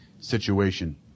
situation